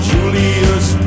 Julius